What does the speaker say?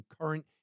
current